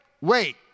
wait